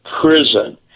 prison